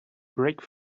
brake